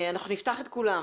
אנחנו נפתח את כולם.